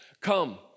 Come